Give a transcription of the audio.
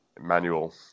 manual